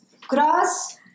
Cross